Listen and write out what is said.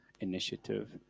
initiative